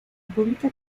república